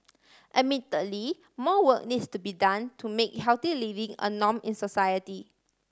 admittedly more work needs to be done to make healthy living a norm in society